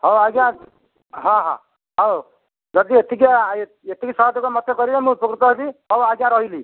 ହଉ ଆଜ୍ଞା ହଁ ହଁ ହଉ ଯଦି ଏତିକି ଏତିକି ସହଯୋଗ ମୋତେ କରିବେ ମୁଁ ଉପକୃତ ହେବି ହଉ ଆଜ୍ଞା ରହିଲି